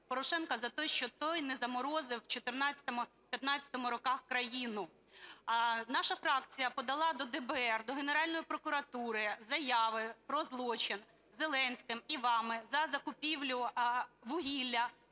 Порошенка за те, що той не заморозив в 2014-2015 роках країну. Наша фракція подала до ДБР, до Генеральної прокуратури заяви про злочин Зеленським і вами за закупівлю вугілля